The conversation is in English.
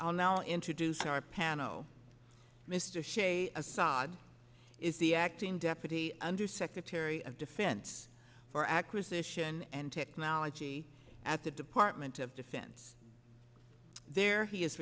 will now introduce our panel mr sze assad is the acting deputy undersecretary of defense for acquisition and technology at the department of defense there he is